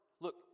Look